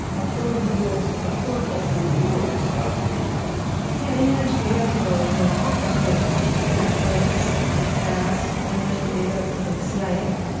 a third of the world's. a third of the world's cloud computing capacity. yeah. they manage data for you know all kinds of companies. netflix, comcast. they manage the data of of the cia.